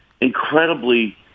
incredibly